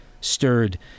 stirred